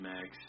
Max